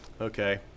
Okay